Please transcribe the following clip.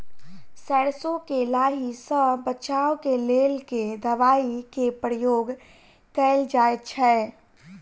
सैरसो केँ लाही सऽ बचाब केँ लेल केँ दवाई केँ प्रयोग कैल जाएँ छैय?